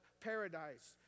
Paradise